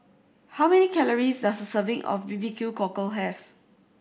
how many calories does a serving of B B Q Cockle have